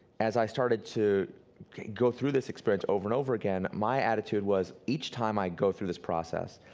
as i started to go through this experience over and over again, my attitude was, each time i'd go through this process,